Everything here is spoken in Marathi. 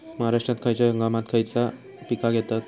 महाराष्ट्रात खयच्या हंगामांत खयची पीका घेतत?